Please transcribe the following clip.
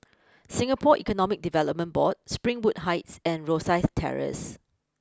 Singapore Economic Development Board Springwood Heights and Rosyth Terrace